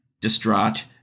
distraught